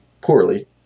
poorly